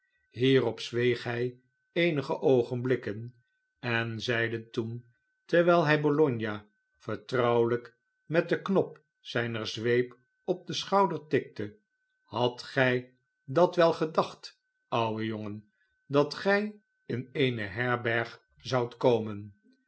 hierop zweeg hij eenige oogenblikken en zeide toen terwijl hij bologna vertrouwelijk met den knop zijner zweep op den schouder tikte hadt gij dat wel gedacht oude jongen dat gij in eene herberg zoudt komen